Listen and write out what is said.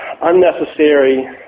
unnecessary